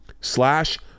slash